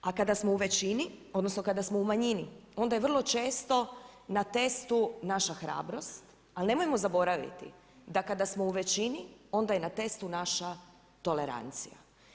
A kada smo u većini, odnosno, kada smo u manjini onda je vrlo često na testu naša hrabrost, ali nemojmo zaboraviti, da kada smo u većini, onda je na testu naša tolerancija.